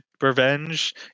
revenge